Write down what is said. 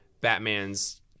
Batman's